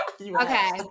Okay